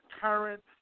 current